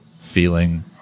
feeling